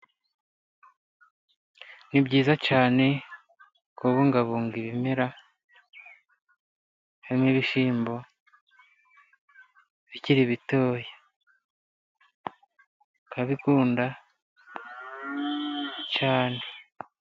Ni byiza cyane kubungabunga ibimera, nk'ibishyimbo bikiri bitoya. Ukabikunda cyane.